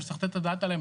שצריך לתת את הדעת עליהם.